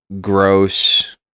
gross